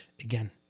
again